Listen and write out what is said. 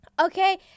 okay